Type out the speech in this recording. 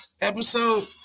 Episode